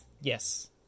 Yes